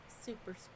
Super